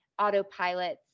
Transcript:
autopilots